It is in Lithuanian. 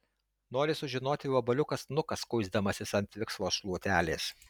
nori sužinoti vabaliukas nukas kuisdamasis ant viksvos šluotelės